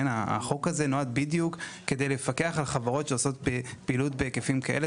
החוק הזה נועד בדיוק כדי לפקח על חברות שעושות פעילות בהיקפים כאלה.